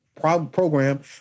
program